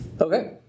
Okay